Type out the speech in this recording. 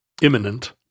Imminent